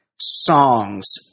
songs